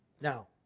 Now